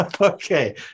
okay